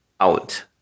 Out